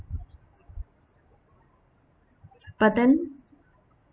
but then